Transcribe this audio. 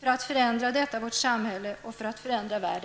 för att förändra detta vårt samhälle och för att förändra världen.